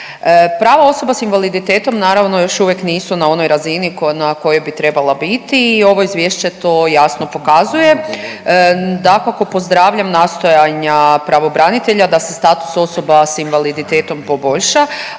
Prava osoba s invaliditetom naravno još uvijek nisu na onoj razini na kojoj bi trebala biti i ovo izvješće to jasno pokazuje. Dakako pozdravljam nastojanja pravobranitelja da se status osoba s invaliditetom poboljša